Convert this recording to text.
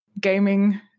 Gaming